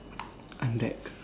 I'm back